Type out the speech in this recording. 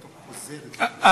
על-ידי צרכן שהוא אדם בעל מוגבלות,